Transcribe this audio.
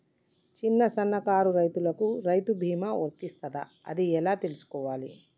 చిన్న సన్నకారు రైతులకు రైతు బీమా వర్తిస్తదా అది ఎలా తెలుసుకోవాలి?